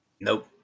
Nope